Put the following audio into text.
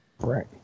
Right